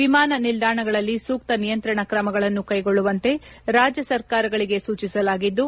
ವಿಮಾನ ನಿಲ್ದಾಣಗಳಲ್ಲಿ ಸೂಕ್ತ ನಿಯಂತ್ರಣ ಕ್ರಮಗಳನ್ನು ಕೈಗೊಳ್ಳುವಂತೆ ರಾಜ್ಯ ಸರ್ಕಾರಗಳಿಗೆ ಸೂಚಿಸಲಾಗಿದ್ದು